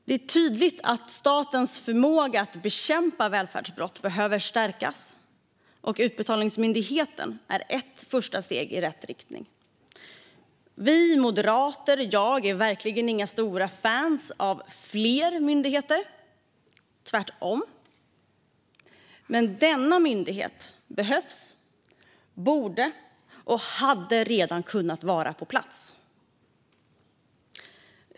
Det är tydligt att statens förmåga att bekämpa välfärdsbrott behöver stärkas, och Utbetalningsmyndigheten är ett första steg i rätt riktning. Jag och vi moderater är verkligen inga stora fans av fler myndigheter, tvärtom. Men denna myndighet behövs. Den borde redan vara på plats, och den hade redan kunnat vara på plats.